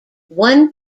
one